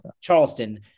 Charleston